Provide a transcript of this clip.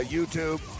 YouTube